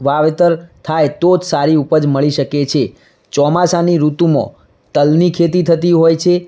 વાવેતર થાય તોજ સારી ઉપજ મળી શકે છે ચોમાસાની ઋતુમાં તલની ખેતી થતી હોય છે